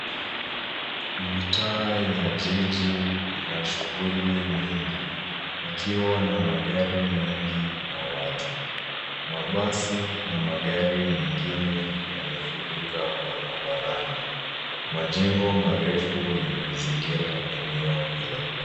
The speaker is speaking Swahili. Mitaa ya jiji ina shughuli nyingi ikiwa na magari mengi na watu . Mabasi na magari mengine yamefurika barabarani. Majengo marefu yamezingira eneo hilo.